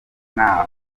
ntaho